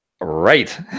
right